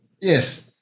Yes